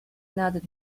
nodded